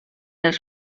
els